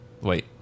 Wait